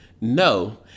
no